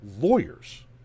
lawyers